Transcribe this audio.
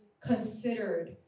considered